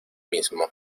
mismo